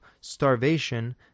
starvation